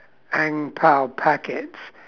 ang bao packets